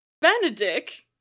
Benedict